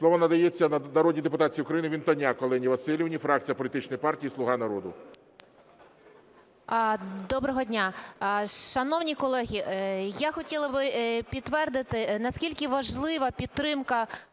Слово надається народній депутатці України Вінтоняк Олені Василівні, фракція політичної партії "Слуга народу". 13:52:05 ВІНТОНЯК О.В. Доброго дня. Шановні колеги, я хотіла би підтвердити, наскільки важлива підтримка